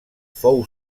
fou